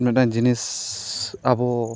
ᱢᱤᱫᱴᱟᱝ ᱡᱤᱱᱤᱥᱻᱟᱵᱚ